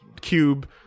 cube